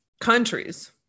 countries